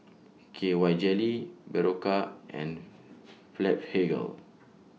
K Y Jelly Berocca and Blephagel